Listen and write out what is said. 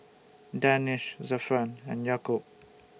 Danish Zafran and Yaakob